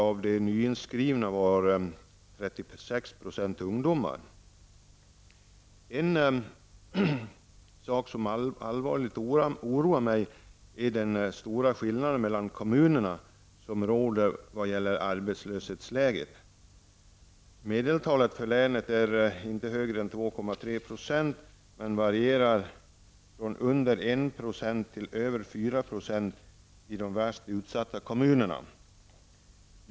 Av de nyinskrivna var 36 % En sak som allvarligt oroar mig är den stora skillnaden mellan kommuner som råder vad gäller arbetslöshetsläget. Medeltalet för länet är inte högre än 2,3 %, men det varierar från under 1 % till över 4 % i de värst utsatta kommunerna.